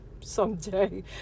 someday